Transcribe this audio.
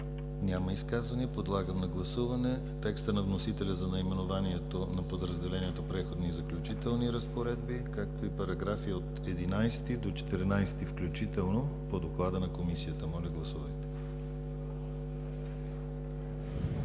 Няма. Подлагам на гласуване текста на вносителя за наименованието на подразделението „Преходни и заключителни разпоредби“, както и параграфи от 11 до 14 включително по доклада на Комисията. Гласували